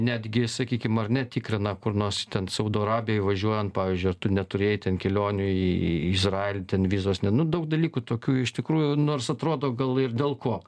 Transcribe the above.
netgi sakykim ar ne tikrina kur nors ten saudo arabijoj važiuojant pavyzdžiui ar tu neturėjai ten kelionių į į į izraelį ten vizos ne nu daug dalykų tokių iš tikrųjų nors atrodo gal ir dėl ko